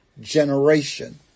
generation